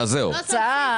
זהו.